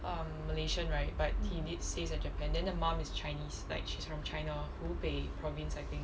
erm malaysian right but he did stay at japan then the mum is chinese like she's from china 湖北 province I think